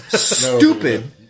stupid